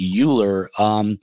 Euler